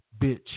bitch